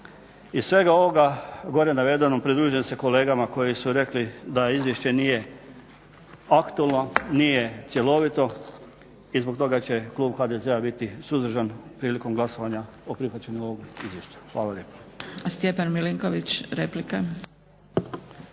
Iz svega ovoga gore navedenog pridružujem se kolegama koji su rekli da izvješće nije …/Govornik se ne razumije./… nije cjelovito i zbog toga će klub HDZ-a biti suzdržan prilikom glasovanja o prihvaćanju ovog izvješća. Hvala lijepo.